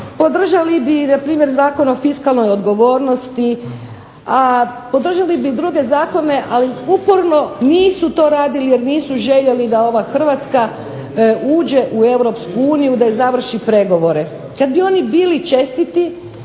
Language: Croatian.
podržali bi npr. Zakon o fiskalnoj odgovornosti, a podržali bi i druge zakone, ali uporno nisu to radili jer nisu željeli da ova Hrvatska uđe u EU, da završi pregovore. Kad bi oni bili čestiti